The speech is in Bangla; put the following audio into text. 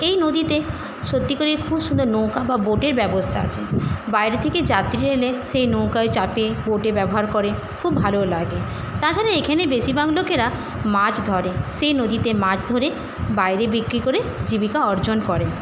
এই নদীতে সত্যি করে খুব সুন্দর নৌকা বা বোটের ব্যবস্থা আছে বাইরে থেকে যাত্রী এলে সেই নৌকায় চাপে বোটে ব্যবহার করে খুব ভালো লাগে তাছাড়া এখানে বেশিরভাগ লোকেরা মাছ ধরে সেই নদীতে মাছ ধরে বাইরে বিক্রি করে জীবিকা অর্জন করে